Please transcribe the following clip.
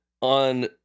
on